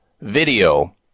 video